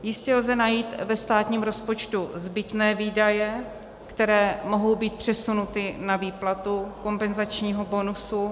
Jistě lze najít ve státním rozpočtu zbytné výdaje, které mohou být přesunuty na výplatu kompenzačním bonusu.